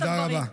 תודה רבה.